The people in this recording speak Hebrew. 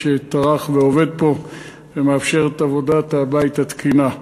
שטרח ועובד פה ומאפשר את עבודת הבית התקינה.